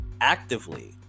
actively